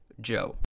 Joe